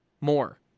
more